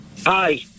Hi